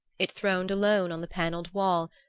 it throned alone on the panelled wall,